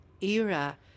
era